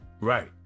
right